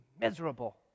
miserable